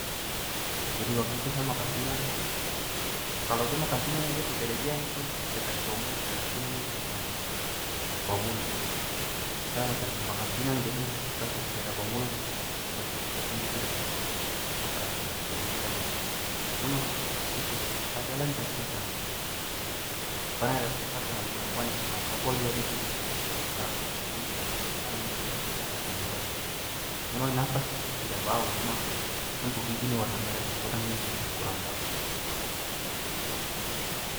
Jadi waktu itu sa makan pinang, kalau tong makan pinang itu dia pu kelebihan itu tidak ada bau mulut karena pinang ni kasih hilang bau mulut. Jadi sa macam su makan pinang jadi sa rasa tidak ada bau mulut jadi sa ah tidak usah sikat gigi sudah, jadi sa tra perlu sikat gigi lagi. Cuma itu sa jalan tapi macam pernah ada to sa pu teman perempuan yang orang papua juga da tegur, ko harus sikat gigi biar itu jalan itu gigi jang warna merah itu. Memang napas tidak bau cuma tong pu gigi ni warna merah jadi orang lihat macam kurang bagus begitu.